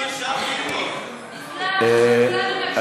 בבקשה,